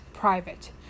private